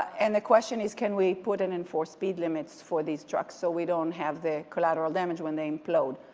and the question is can we put it in for speed limits for these trucks so we don't have the collateral damage when they implode?